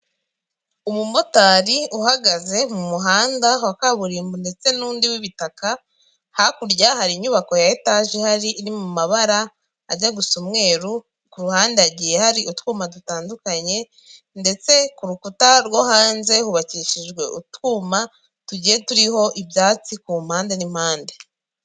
Umumotari uhagaze mu muhanda wa kaburimbo ndetse n'undi w'ibitaka, hakurya hari inyubako ya etaje ihari, iri mu mabara ajya gusa umweru, ku ruhande hagiye hari utwuma dutandukanye ndetse ku rukuta rwo hanze hubakishijwe utwuma tugiye turiho ibyatsi ku mpande n'impande.